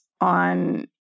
on